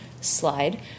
slide